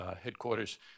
headquarters